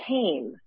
Came